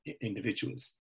individuals